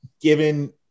given